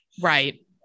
Right